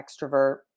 extrovert